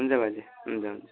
हुन्छ बाजे हुन्छ हुन्छ